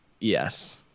Yes